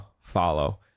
follow